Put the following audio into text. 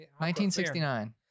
1969